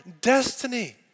destiny